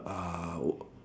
uh w~